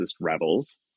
rebels